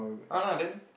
[a-nah] then